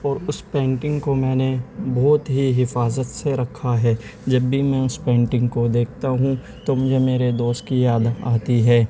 اور اس پینٹنگ کو میں نے بہت ہی حفاظت سے رکھا ہے جب بھی میں اس پینٹنگ کو دیکھتا ہوں تو مجھے میرے دوست کی یاد آتی ہے